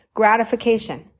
gratification